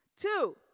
Two